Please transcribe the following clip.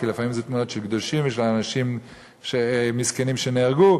כי לפעמים אלה תמונות של קדושים ושל אנשים מסכנים שנהרגו,